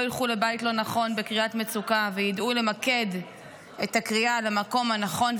לא ילכו לבית לא נכון בקריאת מצוקה וידעו למקד את הקריאה למקום הנכון,